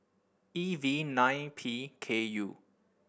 E V nine P K U